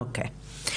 אוקיי,